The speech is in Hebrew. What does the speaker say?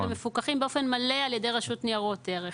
ומפוקחים באופן מלא על ידי רשות ניירות ערך.